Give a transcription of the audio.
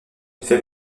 fait